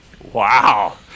wow